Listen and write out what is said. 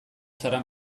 zara